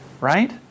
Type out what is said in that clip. right